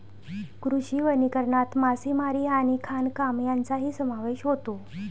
कृषी वनीकरणात मासेमारी आणि खाणकाम यांचाही समावेश होतो